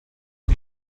die